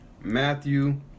Matthew